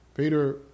Peter